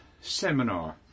Seminar